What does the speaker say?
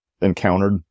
encountered